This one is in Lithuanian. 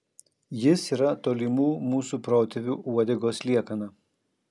jis yra tolimų mūsų protėvių uodegos liekana